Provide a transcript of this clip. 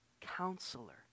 counselor